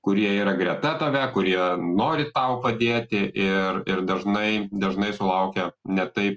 kurie yra greta tave kurie nori tau padėti ir ir dažnai dažnai sulaukia ne taip